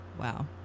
wow